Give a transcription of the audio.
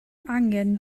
angen